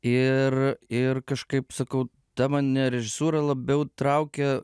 ir ir kažkaip sakau ta mane režisūra labiau traukia